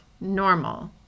normal